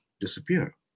disappear